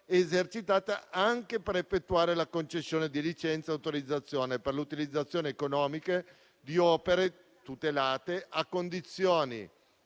esercitata anche per effettuare la concessione di licenza e autorizzazione per l'utilizzazione economica di opere tutelate a condizioni